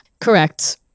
Correct